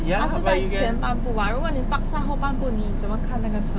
它是在你前半部 [what] 如果你 park 在后半部你怎么看那个车